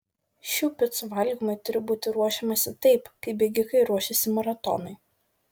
šių picų valgymui turi būti ruošiamasi taip kaip bėgikai ruošiasi maratonui